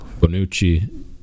Bonucci